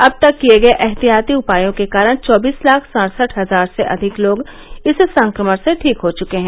अब तक किए गए एहतियाती उपायों के कारण चौबीस लाख सड़सठ हजार से अधिक लोग इस संक्रमण से ठीक हो चुके हैं